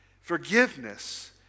Forgiveness